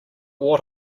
what